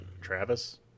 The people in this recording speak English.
Travis